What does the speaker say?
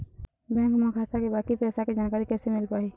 Bank म खाता के बाकी पैसा के जानकारी कैसे मिल पाही?